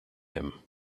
him